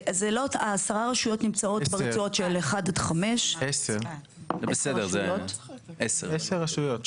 עשר הרשויות נמצאות ברצועות של 1 עד 5. אגב,